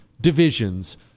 divisions